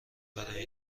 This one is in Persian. برای